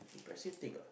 impressive thing ah